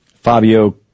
Fabio